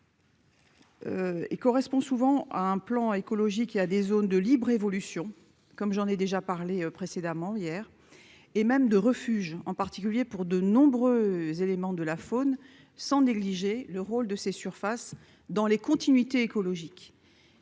Et correspond souvent à un plan écologique, il y a des zones de libre-évolution comme j'en ai déjà parlé précédemment hier et même de refuge, en particulier pour de nombreux éléments de la faune, sans négliger le rôle de ces surfaces dans les continuités écologiques